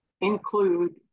include